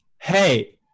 Hey